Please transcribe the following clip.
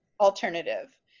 Alternative